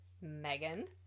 Megan